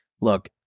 look